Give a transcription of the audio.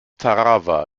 tarawa